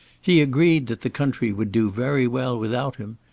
he agreed that the country would do very well without him.